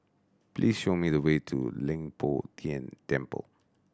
please show me the way to Leng Poh Tian Temple